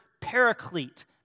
paraclete